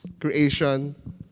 creation